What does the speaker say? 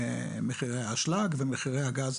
מחירי האשלג ומחירי הגז,